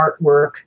artwork